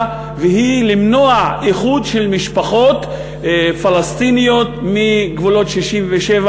ולמנוע איחוד של משפחות פלסטיניות מגבולות 67',